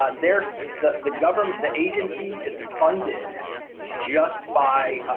ah there's the the government the agency is funded just by